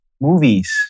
movies